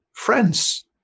friends